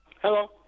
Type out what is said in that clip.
Hello